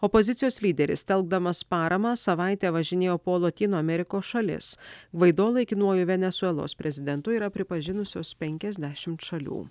opozicijos lyderis telkdamas paramą savaitę važinėjo po lotynų amerikos šalis gvaido laikinuoju venesuelos prezidentu yra pripažinusios penkiasdešimt šalių